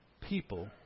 people